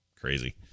crazy